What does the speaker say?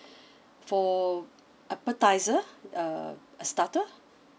for appetiser uh a starter